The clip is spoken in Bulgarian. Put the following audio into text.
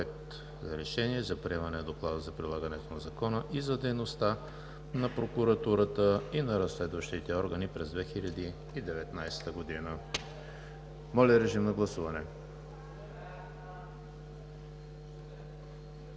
на решение за приемане на Доклада за прилагането на закона и за дейността на прокуратурата и на разследващите органи през 2019 г. Гласували